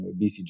BCG